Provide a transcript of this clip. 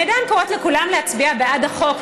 אני עדיין קוראת לכולם להצביע בעד החוק.